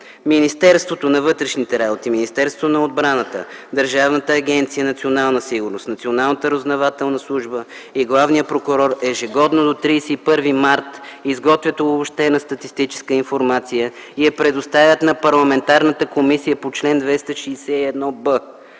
Министерството на вътрешните работи, Министерството на отбраната, Държавната агенция „Национална сигурност”, Националната разузнавателна служба и главният прокурор, ежегодно до 31 март, изготвят обобщена статистическа информация и я предоставят на парламентарната комисия по чл. 261б.